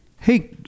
Hey